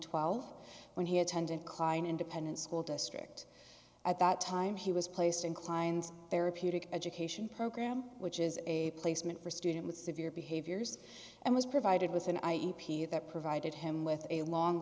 twelve when he attended klein independent school district at that time he was placed in klein's therapeutic education program which is a placement for student with severe behaviors and was provided with an eye e p that provided him with a long